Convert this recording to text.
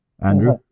Andrew